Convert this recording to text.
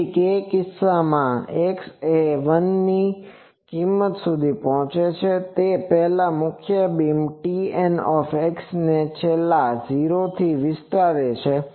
તેથી તે કિસ્સામાં x એ 1 ની કિંમત સુધી પહોંચે તે પહેલાં મુખ્ય બીમ Tn ના છેલ્લા 0 થી વિસ્તરે છે